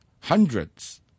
hundreds